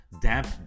damp